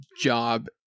job